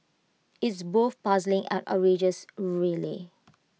it's both puzzling and outrageous really